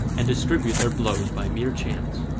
and distribute their blows by mere chance.